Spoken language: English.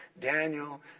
Daniel